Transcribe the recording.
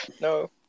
No